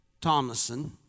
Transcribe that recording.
Thomason